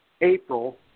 April